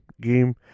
game